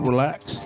relax